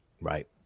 Right